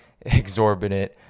exorbitant